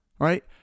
Right